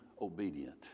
obedient